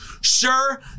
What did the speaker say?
Sure